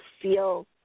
feel